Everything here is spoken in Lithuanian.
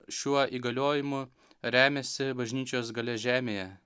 šiuo įgaliojimu remiasi bažnyčios galia žemėje